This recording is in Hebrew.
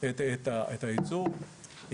את הייצור.